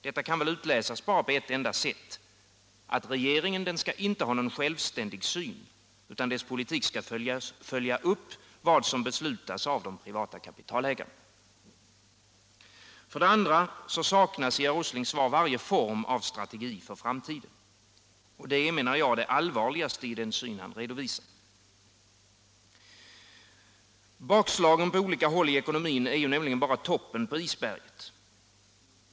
Detta kan väl utläsas bara på ett enda sätt — att regeringen inte skall ha någon självständig syn, utan att dess politik skall följa upp vad som beslutas av de privata kapitalägarna. För det andra saknas i herr Åslings svar varje form av strategi för framtiden. Detta är, menar jag, det allvarligaste i den syn han redovisar. Bakslagen på olika håll i ekonomin är ju bara toppen på isberget.